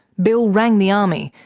bill rang the army,